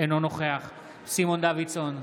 אינו נוכח סימון דוידסון,